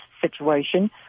situation